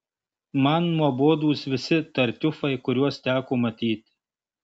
man nuobodūs visi tartiufai kuriuos teko matyti